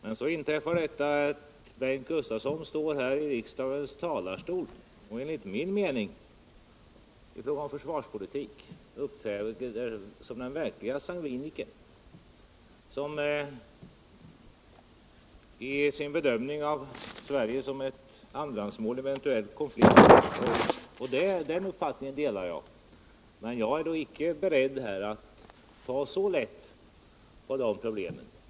Men så inträffar detta, att Bengt Gustavsson står här i riksdagens talarstol och enligt min mening i fråga om försvarspolitiken uppträder som den verklige sangvinikern i sin bedömning av Sverige som ett andrahandsmål vid en eventuell konflikt. Jag delar uppfattningen att Sverige sannolikt är ett andrahandsmål, men jag är icke beredd att ta så lätt på de problemen.